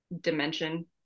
dimension